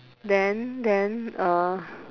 then then uh